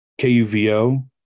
KUVO